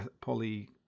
poly